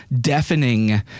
deafening